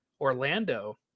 Orlando